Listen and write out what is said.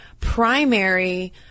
primary